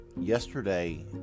yesterday